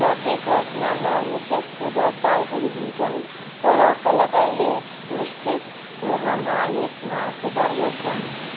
प्रत्येक रचनामा विशेष सुर र तालहरू हुन्छन् तर कलाकारले विस्तृत रुहमा यसमा सुधार गर्छन्